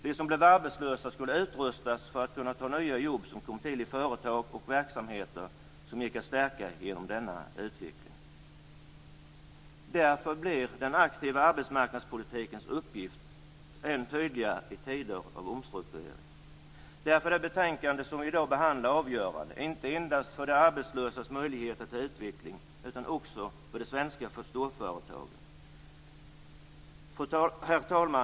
De som blev arbetslösa skulle rustas för att kunna ta nya jobb som kom till i företag och verksamheter som gick att stärka genom denna utveckling. Därför blir den aktiva arbetsmarknadspolitikens uppgift än tydligare i tider av omstruktureringar. Därför är det betänkande som vi i dag behandlar avgörande, inte endast för de arbetslösas möjligheter till utveckling utan också för de svenska storföretagen. Herr talman!